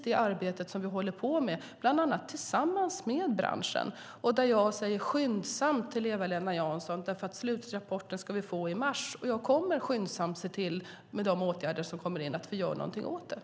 Det arbetet håller vi på med tillsammans med branschen. Vi ska få slutrapporten i mars, och jag kommer att skyndsamt se till att vi gör något åt detta.